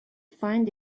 find